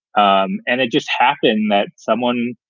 um and it just happened that someone,